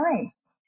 nice